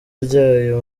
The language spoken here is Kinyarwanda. ryayo